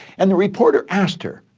and the reporter asked her,